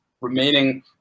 remaining